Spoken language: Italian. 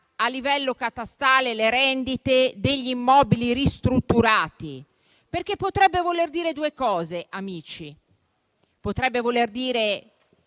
a livello catastale le rendite degli immobili ristrutturati, perché potrebbe voler dire due cose, amici: che la revisione